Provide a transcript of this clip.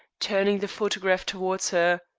turning the photograph towards her.